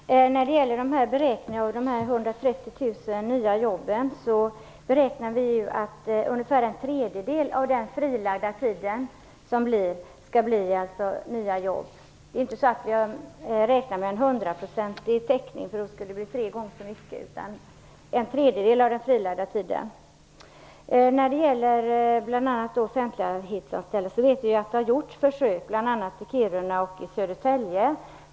Fru talman! När det gäller beräkningen av de 130 000 nya jobben, har vi beräknat att ungefär en tredjedel av den frilagda tiden skall ge nya jobb. Det är inte så att vi har räknat med 100 % täckning, därför att det skulle bli tre gånger så mycket. Vi vet att det har gjorts försök med arbetstidsförkortning bland offentliganställda, bl.a. i Kiruna och Södertälje.